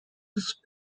des